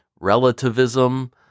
relativism